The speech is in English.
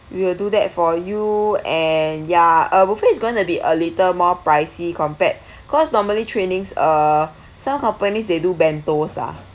we will do that for you and ya our buffet is going to be a little more pricey compared cause normally trainings uh some companies they do bentos lah